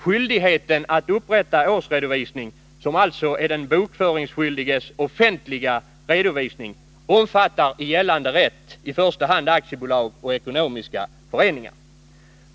Skyldigheten att upprätta årsredovisning, som alltså är den bokföringsskyldiges offentliga redovisning, omfattar i gällande rätt i första hand aktiebolag och ekonomiska föreningar.